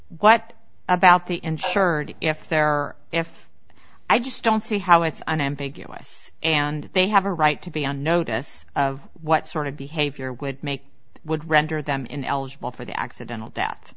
what about the insured if there are if i just don't see how it's unambiguous and they have a right to be on notice of what sort of behavior would make would render them ineligible for the accidental